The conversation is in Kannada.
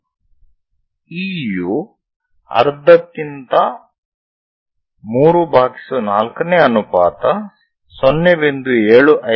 e ಯು ಅರ್ಧಕ್ಕಿಂತ 34 ನೇ ಅನುಪಾತ 0